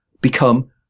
become